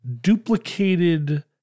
duplicated